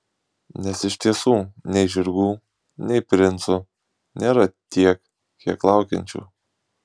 nes iš tiesų nei žirgų nei princų nėra tiek kiek laukiančių